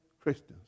Christians